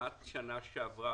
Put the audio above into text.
ירידה לעומת שנה שעברה,